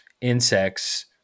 insects